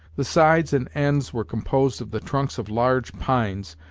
the sides and ends were composed of the trunks of large pines,